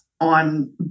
on